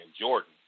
Jordan